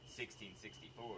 1664